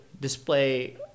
display